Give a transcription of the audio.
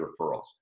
referrals